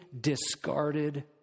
discarded